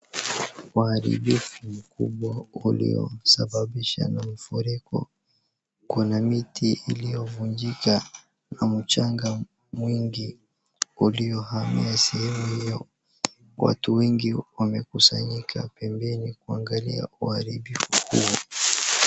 Uharibifu mkubwa uliosababisha na mafuriko. Kuna miti iliyovunjika na mchanga mwingi uliohamia sehemu hiyo. Watu wengi wamekusanyika pembeni kuangalia uharibifu huo.